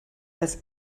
als